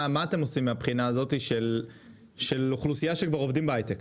מה אתם עושים מהבחינה הזאת של אוכלוסייה שכבר עובדים בהיי-טק.